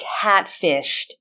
catfished